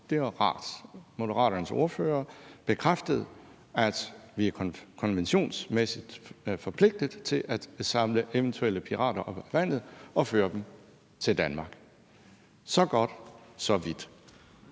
det var rart. Moderaternes ordfører bekræftede, at vi konventionsmæssigt er forpligtet til at samle eventuelle pirater op af vandet og føre dem til Danmark. Så vidt, så godt.